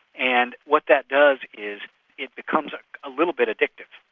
and what that does is it becomes a little bit addictive.